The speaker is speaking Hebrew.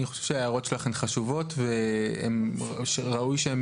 אני חושב שההערות שלך הן חשובות וראוי שהן